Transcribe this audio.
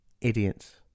idiots